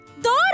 Dora